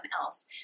else